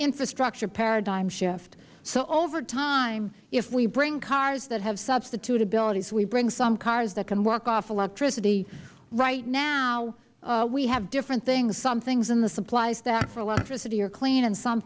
infrastructure paradigm shift so over time if we bring cars that have substitutability so we bring some cars that can work off electricity right now we have different things some things in the supply stack for electricity are clean and some